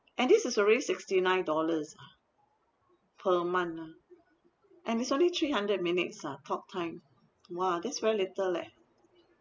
and this is already sixty nine dollars ah per month ah and it's only three hundred minutes ah talk time !wah! that's very little leh